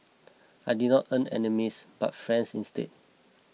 I did not earn enemies but friends instead